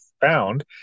found